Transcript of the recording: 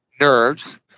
nerves